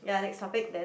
ya next topic then